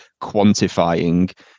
quantifying